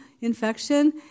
infection